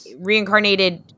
reincarnated